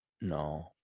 No